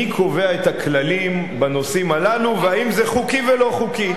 מי קובע את הכללים בנושאים הללו והאם זה חוקי או לא חוקי.